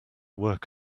work